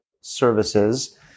services